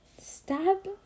Stop